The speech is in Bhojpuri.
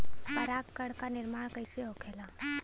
पराग कण क निर्माण कइसे होखेला?